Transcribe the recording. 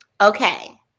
Okay